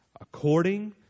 According